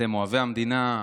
אתם אוהבי המדינה,